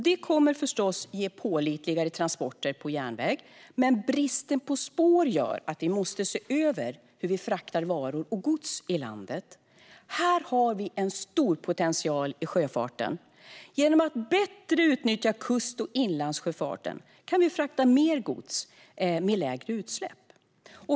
Det kommer förstås att ge pålitligare transporter på järnväg, men bristen på spår gör att vi måste se över hur vi fraktar varor och gods i landet. Här har vi en stor potential i sjöfarten. Genom att bättre utnyttja kust och inlandssjöfarten kan vi frakta mer gods med lägre utsläpp.